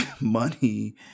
money